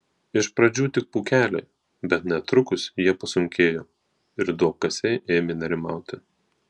iš pradžių tik pūkeliai bet netrukus jie pasunkėjo ir duobkasiai ėmė nerimauti